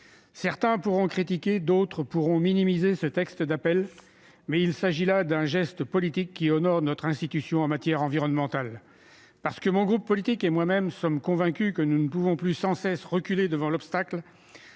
Certains pourront critiquer, d'autres minimiser ce texte d'appel. Il s'agit néanmoins là d'un geste politique qui honore notre institution en matière environnementale. Parce que mon groupe politique et moi-même sommes convaincus que nous ne pouvons plus, sans cesse, reculer devant l'obstacle,